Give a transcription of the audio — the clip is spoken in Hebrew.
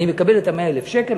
אני מקבל את 100,000 השקל,